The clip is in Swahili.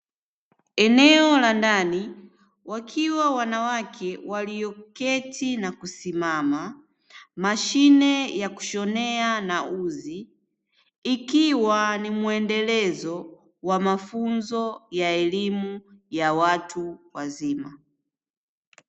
Eneo la ndani wakiwa wanawake walioketi na kusimama mashine ya kushonea na uzi, ikiwa ni mwendelezo wa mafunzo ya elimu ya watu wazima.